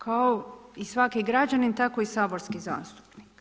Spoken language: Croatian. Kao i svaki građanin, tako i saborski zastupnik.